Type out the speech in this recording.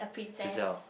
Giselle